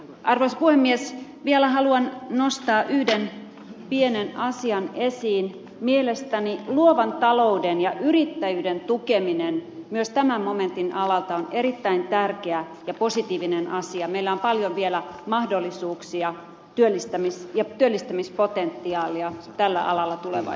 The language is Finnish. hän uskoi mies vielä haluan nostaa yhden pienen asian esiin mielestäni luovan talouden ja yrittäjyyden tukeminen myös tämän momentin alalla erittäin tärkeää ja positiivinen asia meillä on vielä mahdollisuuksia työllistämis ja työllistämispotentiaalia tällä alalla tulevan